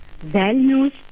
values